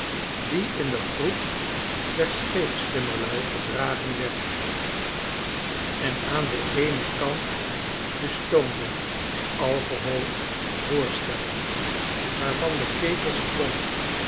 die in de groep der scheepstimmerlui gedragen werd en aan den eenen kant de stoomboot alcohol voorstelde waarvan de ketel sprong